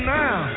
now